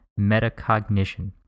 metacognition